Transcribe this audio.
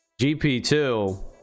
GP2